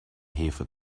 hefe